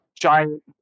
giant